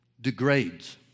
degrades